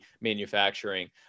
manufacturing